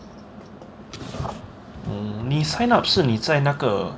mm 你 sign up 是你在那个